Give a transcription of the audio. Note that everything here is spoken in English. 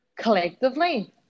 Collectively